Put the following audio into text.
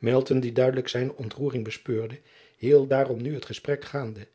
die duidelijk zijne ontroering bespeurde hield daarom nu het gesprek gaande